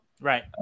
right